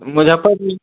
मुजफ्फरपुरमे